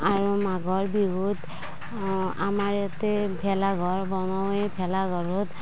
আৰু মাঘৰ বিহুত আমাৰ ইয়াতে ভেলাঘৰ বনাই এই ভেলাঘৰত